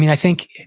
mean, i think